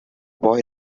boy